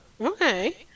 okay